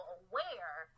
aware